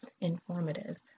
informative